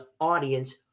audience